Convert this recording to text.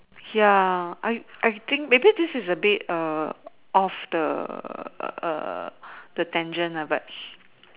ya I I I think maybe this is a bit off the Tangent lah but